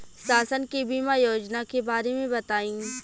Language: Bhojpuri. शासन के बीमा योजना के बारे में बताईं?